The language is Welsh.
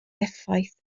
effaith